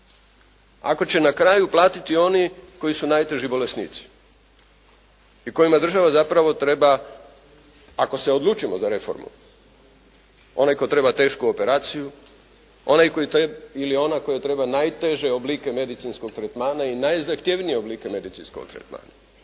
ako će na kraju platiti oni koji su najteži bolesnici i kojima država zapravo treba ako se odlučimo za reformu. Onaj tko treba tešku operaciju ili ona koja treba najteže oblike medicinskog tretmana i najzahtjevnije oblike medicinskog tretmana.